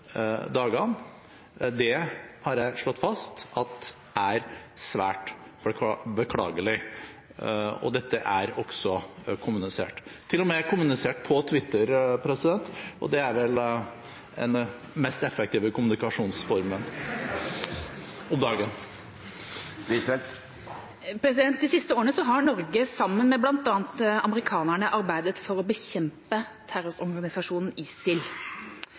dagene. Det har jeg slått fast er svært beklagelig, og dette er også kommunisert – til og med på Twitter, og det er vel den mest effektive kommunikasjonsformen om dagen. De siste årene har Norge sammen med bl.a. amerikanerne arbeidet for å bekjempe terrororganisasjonen ISIL